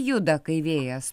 juda kai vėjas